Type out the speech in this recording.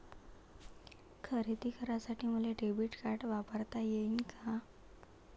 खरेदी करासाठी मले डेबिट कार्ड वापरता येईन का?